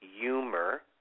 humor